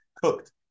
cooked